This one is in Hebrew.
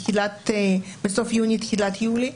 בסוף יוני-תחילת יולי,